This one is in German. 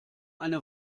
eine